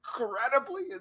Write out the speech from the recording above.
incredibly